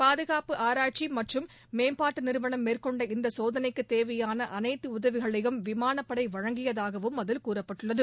பாதுகாப்பு ஆராய்ச்சி மற்றும் மேம்பாட்டு நிறுவனம் மேற்கொண்ட இந்த சோதனைக்கு தேவையான அனைத்து உதவிகளையும் விமானப்படை வழங்கியதாகவும் அதில் கூறப்பட்டுள்ளது